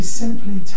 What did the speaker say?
simply